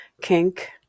kink